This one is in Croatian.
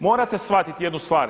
Morate shvatiti jednu stvar.